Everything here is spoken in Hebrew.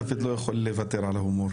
דוד לא יכול לוותר על ההומור